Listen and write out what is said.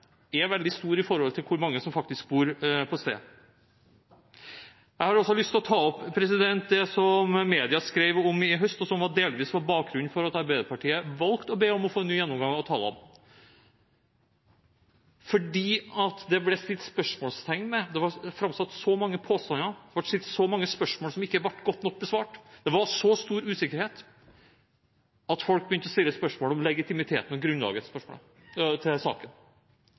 er den veldig stor i forhold til hvor mange som faktisk bor på stedet. Jeg har også lyst til å ta opp det som media skrev om i høst, og som delvis var bakgrunnen for at Arbeiderpartiet valgte å be om å få en ny gjennomgang av tallene, for det var framsatt så mange påstander, det ble stilt så mange spørsmål som ikke ble godt nok besvart, det var så stor usikkerhet at folk begynte å stille spørsmål ved legitimiteten og grunnlaget for saken.